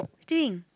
thing